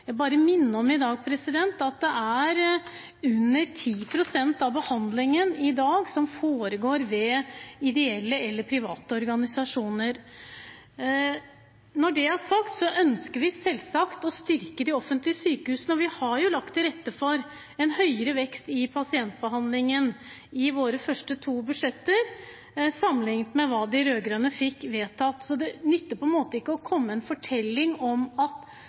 Jeg bare minner om at det er under 10 pst. av behandlingen i dag som foregår ved ideelle eller private organisasjoner. Når det er sagt, ønsker vi selvsagt å styrke de offentlige sykehusene, og vi har lagt til rette for en høyere vekst i pasientbehandlingen i våre første to budsjetter sammenlignet med hva de rød-grønne fikk vedtatt. Så det nytter ikke å komme med en fortelling om at